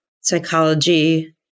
psychology